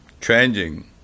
changing